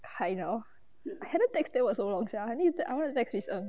kind of hadn't text them for so long sia I need to text I want to text miss ng